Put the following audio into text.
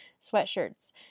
sweatshirts